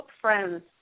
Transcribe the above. friends